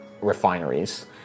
refineries